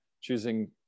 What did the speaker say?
choosing